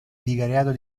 vicariato